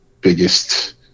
Biggest